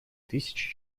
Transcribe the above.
тысячи